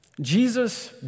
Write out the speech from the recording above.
Jesus